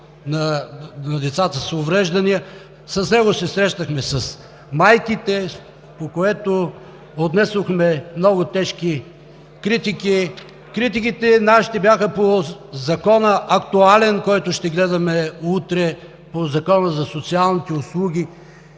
се срещнахме с майките, по което отнесохме много тежки критики. Нашите критики бяха по Закона – актуален, който ще гледаме утре, по Закона за социалните услуги.